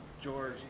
George